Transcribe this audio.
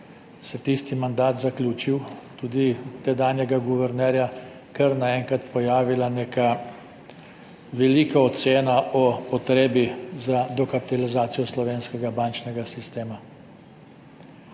se tisti mandat tedanjega guvernerja zaključil, kar naenkrat pojavila neka velika ocena o potrebi za dokapitalizacijo slovenskega bančnega sistema?